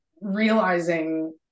realizing